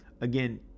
Again